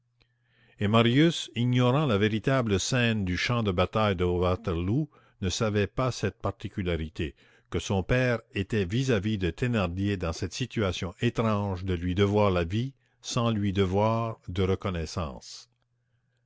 et marius ignorant la véritable scène du champ de bataille de waterloo ne savait pas cette particularité que son père était vis-à-vis de thénardier dans cette situation étrange de lui devoir la vie sans lui devoir de reconnaissance